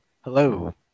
Hello